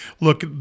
look